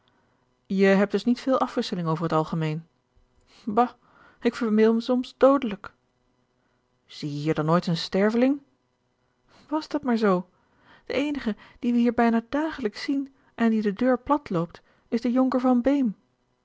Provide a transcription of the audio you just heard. je hebt dus niet veel afwisseling over het algemeen bah ik verveel mij soms doodelijk zie je hier dan nooit een sterveling was dit maar zoo de eenige dien wij hier bijna dagelijks zien en die de deur plat loopt is de jonker